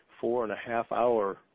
four-and-a-half-hour